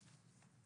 הבריאות.